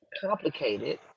complicated